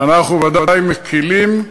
אנחנו ודאי מקִלים,